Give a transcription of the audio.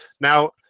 Now